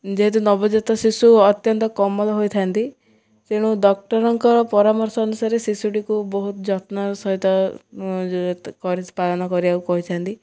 ଯେହେତୁ ନବଜାତ ଶିଶୁ ଅତ୍ୟନ୍ତ କୋମଳ ହୋଇଥାନ୍ତି ତେଣୁ ଡକ୍ଟରଙ୍କର ପରାମର୍ଶ ଅନୁସାରେ ଶିଶୁଡ଼ିକୁ ବହୁତ ଯତ୍ନ ସହିତ କରି ପାଳନ କରିବାକୁ କହିଥାନ୍ତି